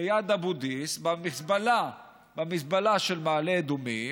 ליד אבו דיס, במזבלה של מעלה אדומים,